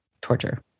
torture